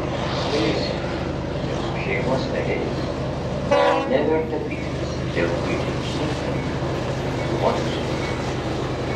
pajusite kad su šeimos nariais neverta pyktis dėl buitinių smulkmenų skonių skirtumo